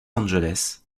angeles